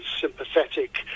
sympathetic